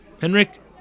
Henrik